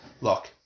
Look